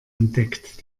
entdeckt